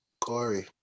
Corey